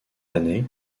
année